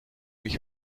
mich